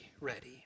ready